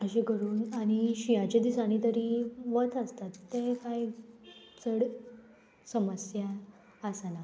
अशें करून आनी शिंयांच्या दिसांनी तरी वत आसतात ते कांय चड समस्या आसना